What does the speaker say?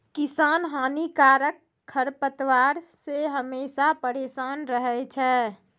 किसान हानिकारक खरपतवार से हमेशा परेसान रहै छै